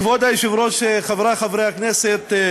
כבוד היושב-ראש, חברי חברי הכנסת,